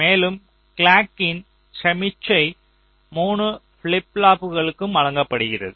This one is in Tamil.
மேலும் கிளாக்கின் சமிக்ஞை 3 ஃபிளிப் ஃப்ளாப்புகளுக்கும் வழங்கப்படுகிறது